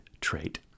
trait